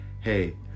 hey